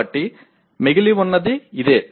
కాబట్టి మిగిలి ఉన్నది ఇదే